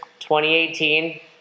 2018